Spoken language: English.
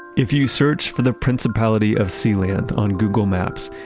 if you search for the principality of sealand on google maps,